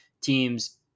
teams